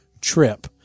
trip